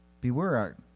beware